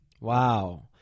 Wow